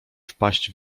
wpaść